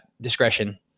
discretion